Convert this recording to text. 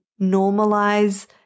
normalize